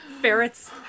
Ferrets